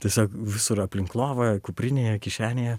tiesiog visur aplink lovą kuprinėje kišenėje